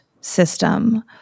system